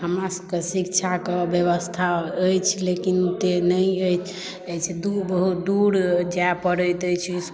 हमरा सभके शिक्षाके व्यवस्था अछि लेकिन ओतय नहि अछि एहिसँ दूर बहुत दूर जाय पड़ैत अछि